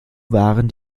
waren